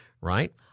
right